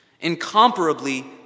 incomparably